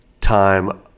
time